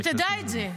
שתדע את זה.